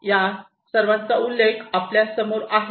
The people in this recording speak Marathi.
या सर्वांचा उल्लेख आपल्या समोर आहे